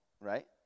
right